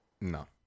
No